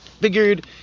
figured